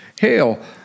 hail